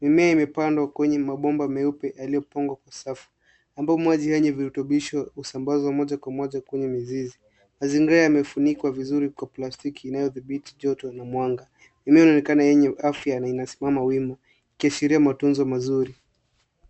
Mimea imepandwa kwenye mabomba meupe yaliyopangwa kwa safu ambayo maji yenye virutubisho usambazo moja kwa moja kwenye mizizi. Mazingira yamefunikwa vizuri kwa plastiki inayodhibiti joto na mwanga. Mimea inaonekana yenye afya na inasimama wima ikiashiria matunzo mazuri.